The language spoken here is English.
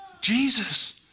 Jesus